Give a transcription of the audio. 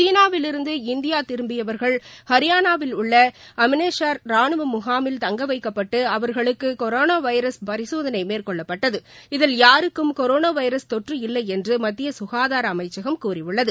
சீனாவிலிருந்து இந்தியா திரும்பியவர்கள் ஹரியானாவில் உள்ள அமனேஷார் ரானுவ முனமில் தங்க வைக்கப்பட்டு அவர்களுக்கு கொரோணா வைரஸ் பரிசோதனை மேற்கொள்ளப்பட்டது இதில் யாருக்கும் கொரோனா வைரஸ் தொற்று இல்லை என்று மத்திய சுகாதார அமைச்சகம் கூறியுள்ளது